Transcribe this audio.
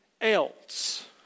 else